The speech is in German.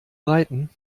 reiten